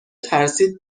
ترسید